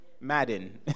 Madden